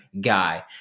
guy